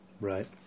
Right